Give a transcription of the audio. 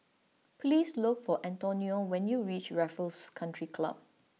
please look for Antonia when you reach Raffles Country Club